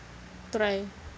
trial